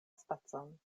spacon